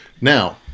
Now